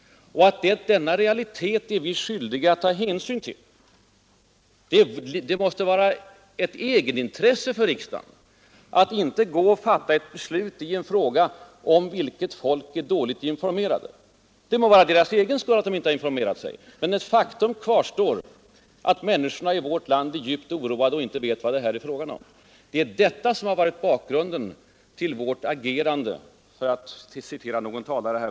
Jag sade också att vi är skyldiga att ta hänsyn till denna realitet. Det måste vara ett egenintresse för riksdagen att inte fatta ett beslut i en fråga, om vilken människorna är dåligt informerade. Det må vara deras eget fel att de inte är informerade, men faktum kvarstår att människorna i vårt land är djupt oroade och inte vet vad det är fråga om. Det är detta som varit bakgrunden till vårt handlande.